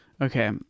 Okay